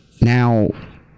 Now